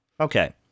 Okay